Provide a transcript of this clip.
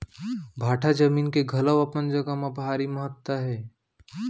भाठा जमीन के घलौ अपन जघा म भारी महत्ता हे